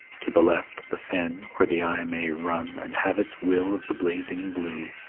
to the left, the fen where the eye may run and have its will of the blazing blue.